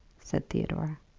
said theodore.